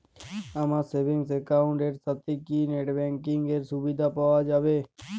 আমার savings account এর সাথে কি নেটব্যাঙ্কিং এর সুবিধা পাওয়া যাবে?